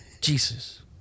Jesus